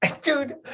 dude